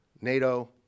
NATO